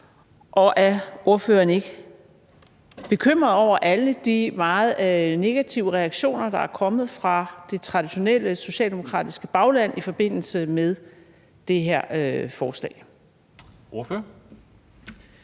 Og er ordføreren ikke bekymret over alle de meget negative reaktioner, der er kommet fra det traditionelle socialdemokratiske bagland i forbindelse med det her forslag? Kl.